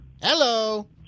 Hello